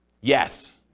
Yes